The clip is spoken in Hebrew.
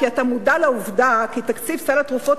כי אתה מודע לעובדה כי תקציב סל התרופות